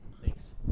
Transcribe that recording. Thanks